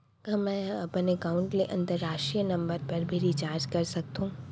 का मै ह अपन एकाउंट ले अंतरराष्ट्रीय नंबर पर भी रिचार्ज कर सकथो